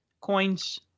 coins